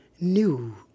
new